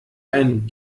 ein